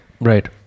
Right।